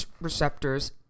receptors